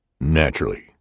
Naturally